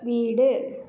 வீடு